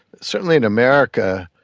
certainly in america,